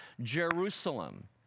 Jerusalem